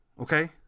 Okay